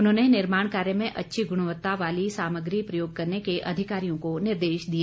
उन्होंने निर्माण कार्य में अच्छी गुणवत्ता वाली सामग्री प्रयोग करने के अधिकारियों को निर्देश दिए